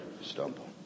stumble